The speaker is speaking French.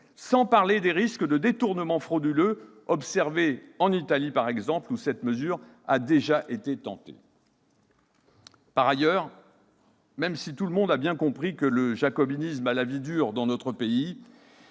sans parler des risques de détournements frauduleux observés par exemple en Italie, où cette mesure a déjà été tentée. Par ailleurs, même si tout le monde a bien compris que le jacobinisme a la vie dure, il eût été